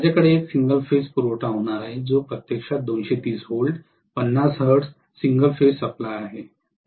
माझ्याकडे एक single phase पुरवठा होणार आहे जो प्रत्यक्षात 230 volt 50 hertz single phase supply आहे